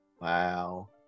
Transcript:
Wow